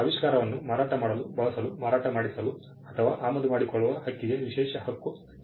ಆವಿಷ್ಕಾರವನ್ನು ಮಾರಾಟ ಮಾಡಲು ಬಳಸಲು ಮಾರಾಟ ಮಾಡಿಸಲು ಅಥವಾ ಆಮದು ಮಾಡಿಕೊಳ್ಳುವ ಹಕ್ಕಿಗೆ ವಿಶೇಷ ಹಕ್ಕು ಸಂಬಂಧಿಸಿದೆ